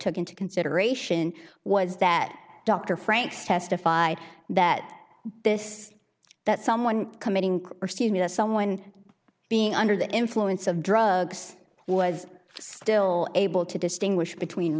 took into consideration was that dr franks testified that this that someone committing perceive me as someone being under the influence of drugs was still able to distinguish between